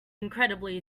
incredibly